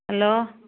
hello